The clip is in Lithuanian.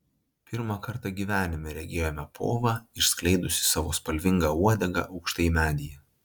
pirmą kartą gyvenime regėjome povą išskleidusį savo spalvingą uodegą aukštai medyje